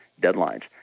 deadlines